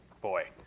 boy